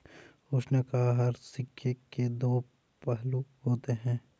उसने कहा हर सिक्के के दो पहलू होते हैं